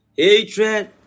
hatred